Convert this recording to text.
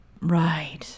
Right